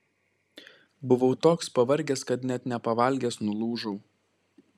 buvau toks pavargęs kad net nepavalgęs nulūžau